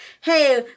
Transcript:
Hey